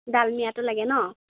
ডালমিয়াটো লাগে ন